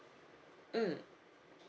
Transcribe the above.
mm